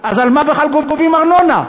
אז על מה בכלל גובים ארנונה?